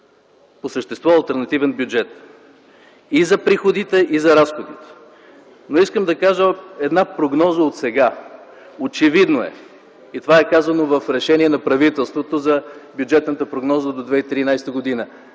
по същество алтернативен бюджет и за приходите, и за разходите. Но искам да кажа отсега една прогноза. Очевидно е – и това е казано в решение на правителството за бюджетната прогноза за 2013 г., да